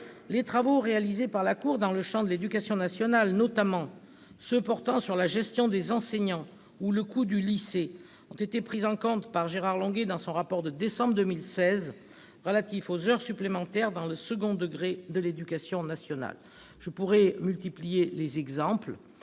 Les travaux réalisés par la Cour des comptes dans le champ de l'éducation nationale, notamment ceux qui portent sur la gestion des enseignants ou sur le coût du lycée, ont été pris en compte par Gérard Longuet dans son rapport du mois de décembre 2016 relatif aux heures supplémentaires dans le second degré de l'éducation nationale. Je pourrai multiplier les exemples.